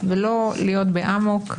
ולא להיות באמוק.